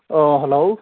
ꯑꯣ ꯍꯜꯂꯣ